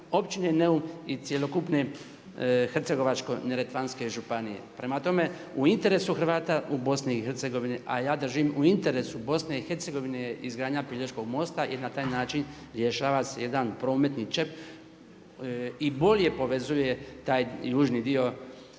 općine Neum i cjelokupne Hercegovačko-neretvanske županije. Prema tome u interesu Hrvata je u BiH a ja držim u interesu BiH je izgradnja Pelješkog mosta i na taj način rješava se jedan prometni čep i bolje povezuje taj južni dio